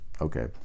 okay